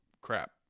crap